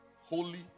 holy